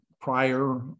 prior